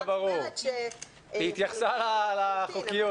היא התייחסה לצד החוקי.